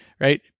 right